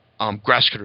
Grasscutter